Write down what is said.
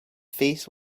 face